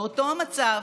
באותו המצב,